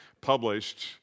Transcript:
published